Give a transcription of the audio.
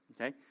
Okay